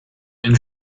and